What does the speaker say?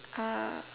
uh